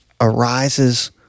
arises